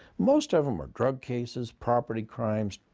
most of them are drug cases, property crimes,